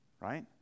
Right